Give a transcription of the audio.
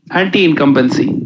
anti-incumbency